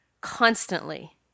constantly